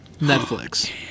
Netflix